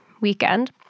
weekend